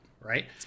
Right